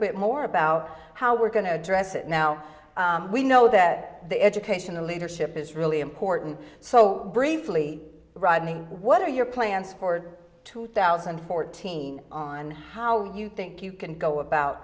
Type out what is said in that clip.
bit more about how we're going to address it now we know that the educational leadership is really important so bravely running what are your plans for two thousand and fourteen on how you think you can go about